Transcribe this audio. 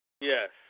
Yes